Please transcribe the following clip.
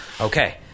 Okay